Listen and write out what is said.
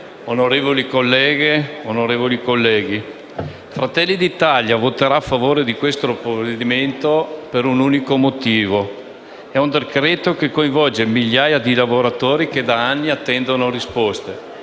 onorevoli colleghe, onorevoli colleghi, il Gruppo di Fratelli d'Italia voterà a favore di questo provvedimento per un unico motivo: è un decreto-legge che coinvolge migliaia di lavoratori che da anni attendono risposta